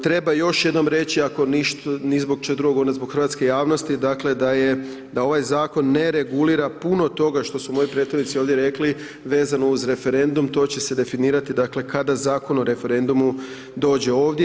Treba još jednom reći ako ni zbog čeg drugog, onda zbog hrvatske javnosti dakle da ovaj zakon ne regulira puno toga što su moji prethodnici ovdje rekli vezano uz referendum to će se definirati dakle kada Zakon o referendumu dođe ovdje.